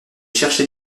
cherché